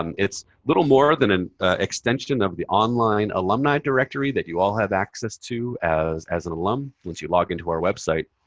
um it's little more than an extension of the online alumni directory that you all have access to as as an alum once you log into our website.